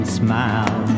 smile